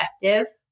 effective